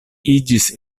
iĝis